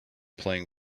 playing